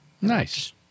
Nice